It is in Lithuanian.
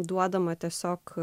duodama tiesiog